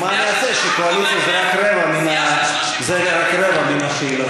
נו מה אני אעשה שלקואליציה יש רק רבע מן השאלות.